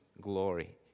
glory